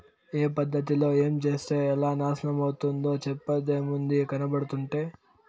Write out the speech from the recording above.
ఏ పద్ధతిలో ఏంచేత్తే ఎలా నాశనమైతందో చెప్పేదేముంది, కనబడుతంటే